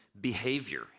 behavior